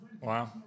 Wow